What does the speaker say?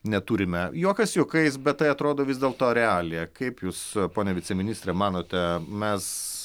neturime juokas juokais bet tai atrodo vis dėl to realija kaip jūs pone viceministre manote mes